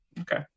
okay